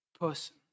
person